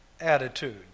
attitude